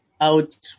out